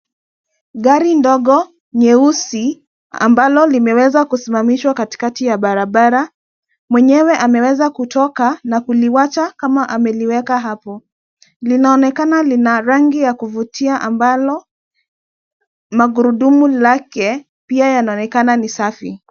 Gari ndogo nyeusi, ambalo limeweza kusimamishwa katikati ya barabara. Mwenyewe ameweza kutoka na kuliwacha kama ameliweka hapo. Linaonekana lina rangi ya kuvutia ambalo magurudumu lake pia yanaonekana ni safi.